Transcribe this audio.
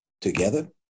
together